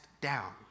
down